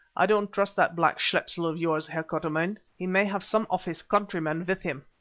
i don't trust that black schepsel of yours, heer quatermain he may have some of his countrymen with him.